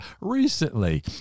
recently